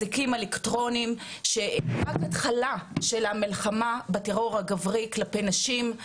אזיקים אלקטרוניים שהם רק ההתחלה של המלחמה בטרור הגברי כלפי נשים,